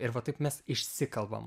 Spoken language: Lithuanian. ir va taip mes išsikalbam